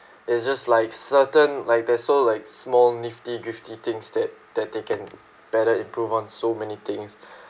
it's just like certain like they're so like small nifty gritty things that that they can better improve on so many things